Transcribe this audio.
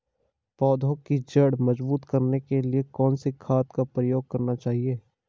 पौधें की जड़ मजबूत करने के लिए कौन सी खाद का प्रयोग करना चाहिए?